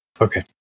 Okay